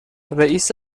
رئیس